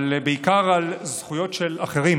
אבל בעיקר על זכויות של אחרים,